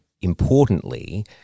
importantly